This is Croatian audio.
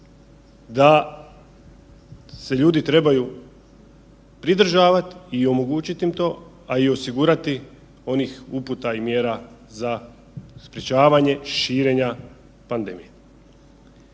da se ljudi trebaju pridržavat i omogućit im to, a i osigurati onih uputa i mjera za sprječavanje širenja pandemije.